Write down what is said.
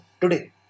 today